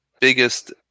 biggest